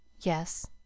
Yes